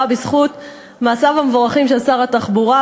בזכות מעשיו המבורכים של שר התחבורה,